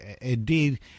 indeed